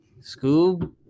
Scoob